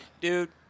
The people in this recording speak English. dude